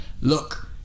look